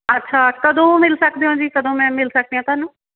ਅੱਛਾ ਕਦੋਂ ਮਿਲ ਸਕਦੇ ਹੋ ਜੀ ਕਦੋਂ ਮੈਂ ਮਿਲ ਸਕਦੀ ਹਾਂ ਤੁਹਾਨੂੰ